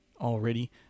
already